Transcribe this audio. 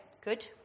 Good